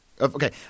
Okay